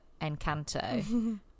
Encanto